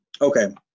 Okay